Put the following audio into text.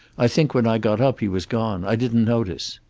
i think when i got up he was gone. i didn't notice.